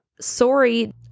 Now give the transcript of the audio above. sorry